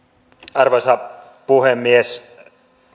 arvoisa puhemies